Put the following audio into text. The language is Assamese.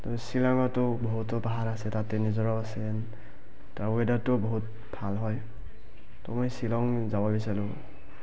তো শ্বিলঙতো বহুতো পাহাৰ আছে তাতে নিজৰাও আছে তাৰ ৱেডাৰটো বহুত ভাল হয় তো মই শ্বিলং যাব বিচাৰোঁ